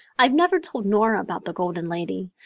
i've never told nora about the golden lady.